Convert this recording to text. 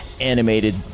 animated